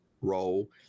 role